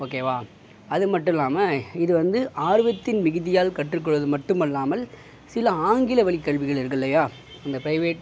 ஓகேவா அது மட்டும் இல்லாம இது வந்து ஆர்வத்தின் மிகுதியால் கற்று கொள்வது மட்டுமல்லாமல் சில ஆங்கில வழி கல்விகள் இருக்கு இல்லையா இந்த பிரைவேட்